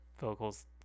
vocals